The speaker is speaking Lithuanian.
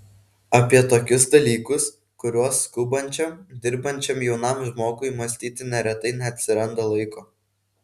apie tokius dalykus kuriuos skubančiam dirbančiam jaunam žmogui mąstyti neretai neatsiranda laiko